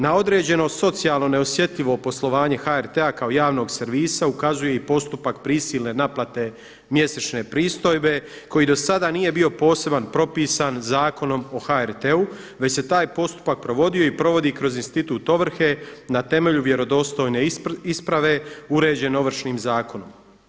Na određeno socijalno neosjetljivo poslovanje HRT-a kao javnog servisa ukazuje i postupak prisilne naplate mjesečne pristojbe koji do sada nije bio poseban propisan Zakonom o HRT-u već se taj postupak provodio i provodi kroz institut ovrhe na temelju vjerodostojne isprave uređen Ovršnim zakonom.